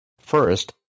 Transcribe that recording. First